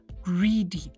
greedy